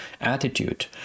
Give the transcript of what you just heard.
attitude